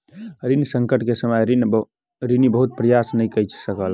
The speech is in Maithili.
ऋण संकट के समय ऋणी बहुत प्रयास नै कय सकल